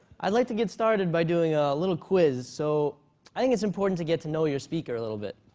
i'd like to get started by doing a little quiz. so i think it's important to get to know your speaker a little bit.